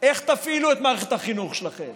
איך תפעילו את מערכת החינוך שלכם?